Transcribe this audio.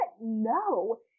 no